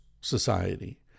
society